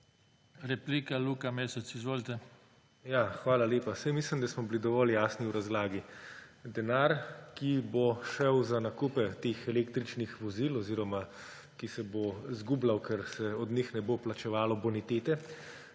MESEC (PS Levica):** Hvala lepa. Mislim, da smo bili dovolj jasni v razlagi. Denar, ki bo šel za nakupe teh električnih vozil oziroma ki se bo izgubljal, ker se od njih ne bo plačevalo bonitete,